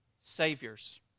Saviors